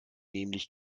nämlich